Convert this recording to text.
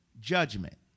judgment